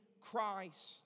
Christ